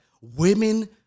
women